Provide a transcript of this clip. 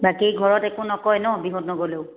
বাকী ঘৰত একো নকয় ন বিহুত নগ'লেও